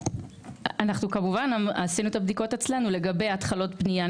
אנחנו כמובן עשינו את הבדיקות אצלנו לגבי התחלות בנייה,